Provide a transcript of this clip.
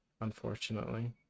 unfortunately